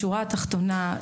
בשורה התחתונה,